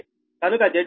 కనుక ZB1 B12Base